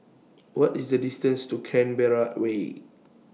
What IS The distance to Canberra Way